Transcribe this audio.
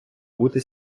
бути